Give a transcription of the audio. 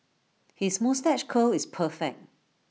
his moustache curl is perfect